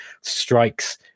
strikes